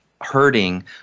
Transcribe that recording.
hurting